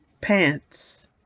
pants